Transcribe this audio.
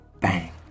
bang